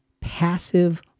passive